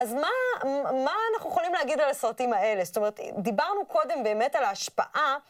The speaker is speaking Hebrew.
אז מה אנחנו יכולים להגיד על הסרטים האלה? זאת אומרת, דיברנו קודם באמת על ההשפעה.